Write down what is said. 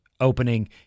opening